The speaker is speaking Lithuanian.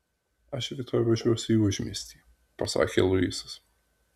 aš rytoj važiuosiu į užmiestį pasakė luisas